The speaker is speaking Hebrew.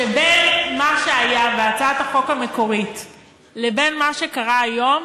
שבין מה שהיה בהצעת החוק המקורית לבין מה שקרה היום,